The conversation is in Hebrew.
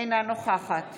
אינה נוכחת